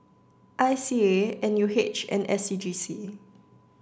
I CA N U H and S C G C